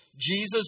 Jesus